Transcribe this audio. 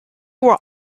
were